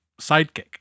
sidekick